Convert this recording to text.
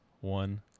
one